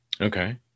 okay